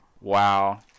Wow